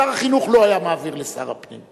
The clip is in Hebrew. שר החינוך לא היה מעביר לשר הפנים,